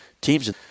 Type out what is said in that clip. teams